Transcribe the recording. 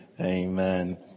Amen